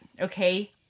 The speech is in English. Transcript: Okay